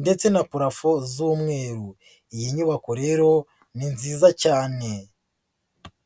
ndetse na parafo z'umweru, iyi nyubako rero ni nziza cyane.